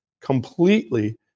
completely